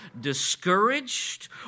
discouraged